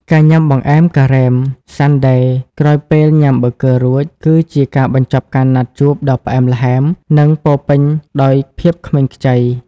ការញ៉ាំបង្អែមការ៉េម Sunday ក្រោយពេលញ៉ាំប៊ឺហ្គឺរួច គឺជាការបញ្ចប់ការណាត់ជួបដ៏ផ្អែមល្ហែម និងពោរពេញដោយភាពក្មេងខ្ចី។